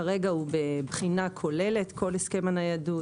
כרגע בבחינה כוללת כל הסכם הניידות,